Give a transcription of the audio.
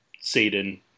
Satan